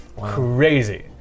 crazy